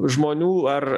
žmonių ar